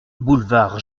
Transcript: boulevard